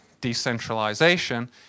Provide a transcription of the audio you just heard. decentralization